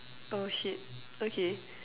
oh shit okay